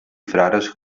frares